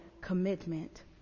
commitment